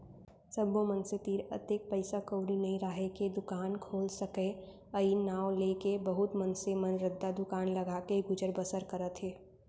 सब्बो मनसे तीर अतेक पइसा कउड़ी नइ राहय के दुकान खोल सकय अई नांव लेके बहुत मनसे मन रद्दा दुकान लगाके गुजर बसर करत हें